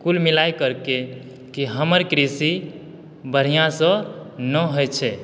कुल मिलाए करके कि हमर कृषि बढ़िऑं सऽ नहि होइ छै